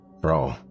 Bro